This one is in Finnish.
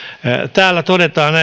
täällä todetaan